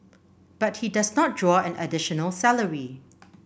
but he does not draw an additional salary